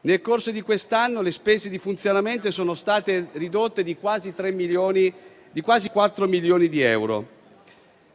Nel corso di quest'anno le spese di funzionamento sono state ridotte di quasi 4 milioni di euro e